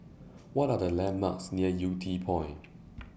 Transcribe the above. What Are The landmarks near Yew Tee Point